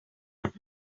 back